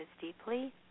deeply